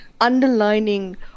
underlining